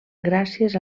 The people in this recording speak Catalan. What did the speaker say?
gràcies